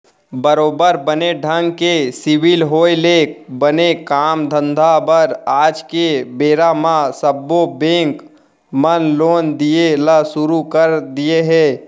बरोबर बने ढंग के सिविल होय ले बने काम धंधा बर आज के बेरा म सब्बो बेंक मन लोन दिये ल सुरू कर दिये हें